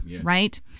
Right